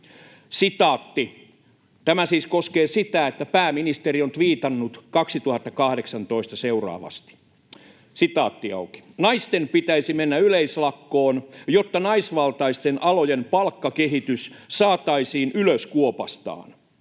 Tämä siis koskee sitä, että pääministeri on tviitannut 2018 seuraavasti: ”Naisten pitäisi mennä yleislakkoon, jotta naisvaltaisten alojen palkkakehitys saataisiin ylös kuopastaan.